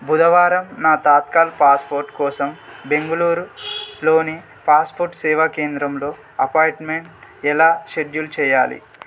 బుధవారం నా తాత్కాల్ పాస్పోర్ట్ కోసం బెంగళూరు లోని పాస్పోర్ట్ సేవా కేంద్రంలో అపాయింట్మెంట్ ఎలా షెడ్యూల్ చేయాలి